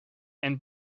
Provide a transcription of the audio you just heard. and